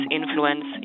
influence